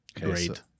great